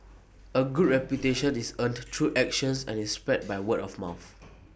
A good reputation is earned to through actions and is spread by word of mouth